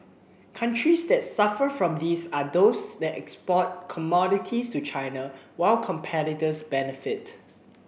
countries that suffer from this are those that export commodities to China while competitors benefit